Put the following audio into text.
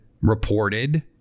reported